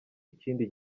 ikindi